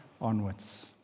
onwards